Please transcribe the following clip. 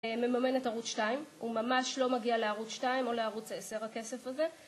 מממן את ערוץ 2, הוא ממש לא מגיע לערוץ 2 או לערוץ 10 הכסף הזה